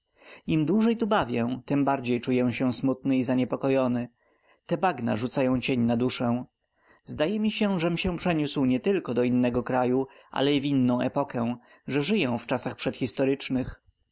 im dłużej tu bawię tem bardziej czuję się smutny i zaniepokojony te bagna rzucają cień na duszę zdaje mi się żem się przeniósł nietylko do innego kraju ale i w inną epokę że żyję w czasach przedhistorycznych